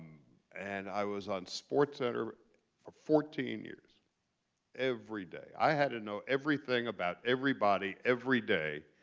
and i was on sportscenter for fourteen years every day. i had to know everything about everybody every day.